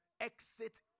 exit